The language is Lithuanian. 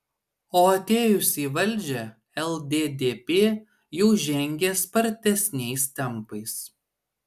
o atėjusi į valdžią lddp jau žengė spartesniais tempais